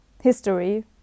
history